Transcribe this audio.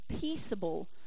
peaceable